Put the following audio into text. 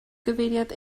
gyfeiriad